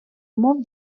умов